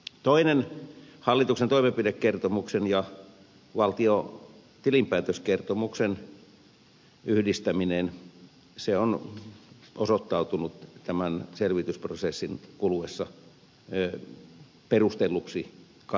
toinen asia hallituksen toimenpidekertomuksen ja valtion tilinpäätöskertomuksen yhdistäminen on osoittautunut tämän selvitysprosessin kuluessa perustelluksi kannanotoksi